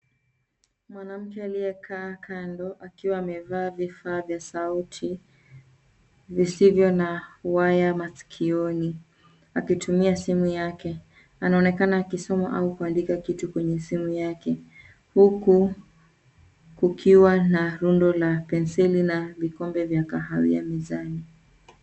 Mwanamke aliyekaa kando akiwa amevaa vifaa vya sauti visivyo na waya masikioni akitumia simu yake. Anaonekana akisoma au kuandika kitu kwenye simu yake huku kukiwa na rundo ya penseli na vikombe vya kahawia mezani.